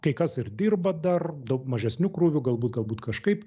kai kas ir dirba dar daug mažesniu krūviu galbūt galbūt kažkaip